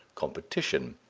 competition,